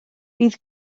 bydd